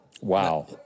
Wow